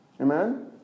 Amen